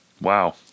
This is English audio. Wow